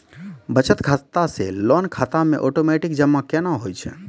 बचत खाता से लोन खाता मे ओटोमेटिक जमा केना होय छै?